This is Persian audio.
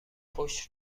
پشت